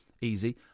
Easy